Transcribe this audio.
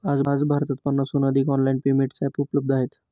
आज भारतात पन्नासहून अधिक ऑनलाइन पेमेंट एप्स उपलब्ध आहेत